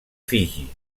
fiji